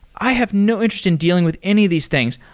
i have no interesting dealing with any of these things.